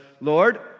Lord